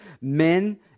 men